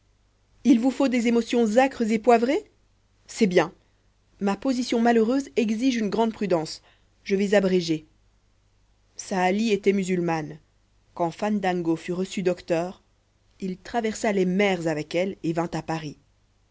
il vous faut des émotions acres et poivrées c'est bien ma position malheureuse exige une grande prudence je vais abréger saali était musulmane quand fandango fut reçu docteur il traversa les mers avec elle et vint à paris